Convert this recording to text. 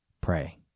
Pray